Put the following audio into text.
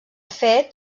fet